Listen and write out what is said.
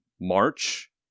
March